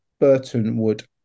Burtonwood